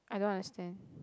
I don't understand